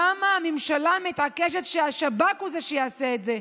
למה הממשלה מתעקשת שהשב"כ הוא שיעשה את זה,